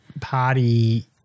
party